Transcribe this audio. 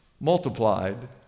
multiplied